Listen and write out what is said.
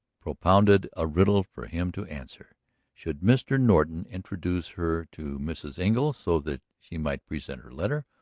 propounded a riddle for him to answer should mr. norton introduce her to mrs. engle so that she might present her letter,